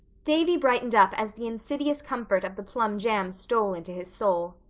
davy brightened up as the insidious comfort of the plum jam stole into his soul.